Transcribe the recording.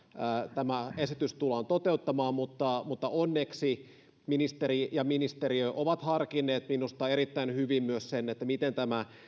tämä esitys tullaan toteuttamaan mutta mutta onneksi ministeri ja ministeriö ovat harkinneet minusta erittäin hyvin myös sen miten tämä